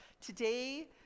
today